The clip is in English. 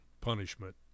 punishment